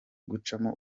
gucamo